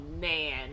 man